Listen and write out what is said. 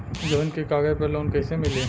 जमीन के कागज पर लोन कइसे मिली?